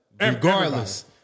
Regardless